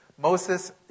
Moses